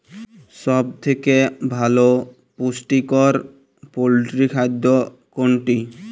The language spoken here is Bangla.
সব থেকে ভালো পুষ্টিকর পোল্ট্রী খাদ্য কোনটি?